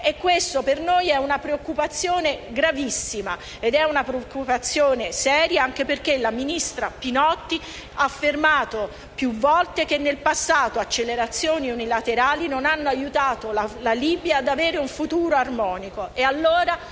costituisce per noi una preoccupazione gravissima e seria, anche perché la ministra Pinotti ha affermato più volte che, nel passato, accelerazioni unilaterali non hanno aiutato la Libia ad avere un futuro armonico.